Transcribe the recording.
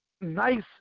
nice